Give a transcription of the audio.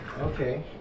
Okay